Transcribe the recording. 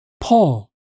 Paul